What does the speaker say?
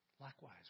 Likewise